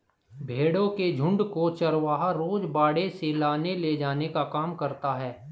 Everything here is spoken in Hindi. भेंड़ों के झुण्ड को चरवाहा रोज बाड़े से लाने ले जाने का काम करता है